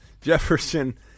Jefferson